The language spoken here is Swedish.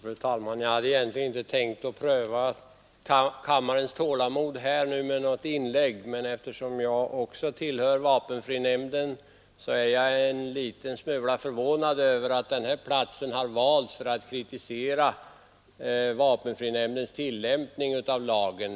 Fru talman! Jag hade egentligen inte tänkt pröva kammarens tålamod med något inlägg, men eftersom jag också tillhör vapenfrinämnden vill jag säga att jag är något förvånad över att den här platsen har valts för att kritisera vapenfrinämndens tillämpning av lagen.